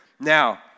Now